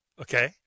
Okay